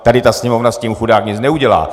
Tady ta Sněmovna s tím, chudák, nic neudělá.